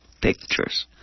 pictures